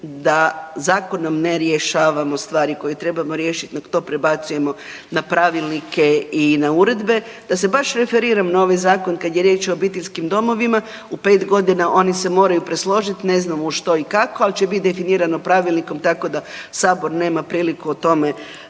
da zakonom ne rješavamo stvari koje trebamo riješiti, nego to prebacujemo na pravilnike i na uredbe. Da se baš referiram na ovaj zakon kada je riječ o obiteljskim domovima u pet godina oni se moraju presložiti, ne znam u što i kako, ali će biti definirano pravilnikom tako da Sabor nema priliku o tome